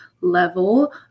level